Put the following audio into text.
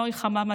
נוי חממה,